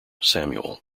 samuel